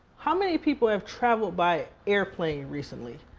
how many people have traveled by airplane recently?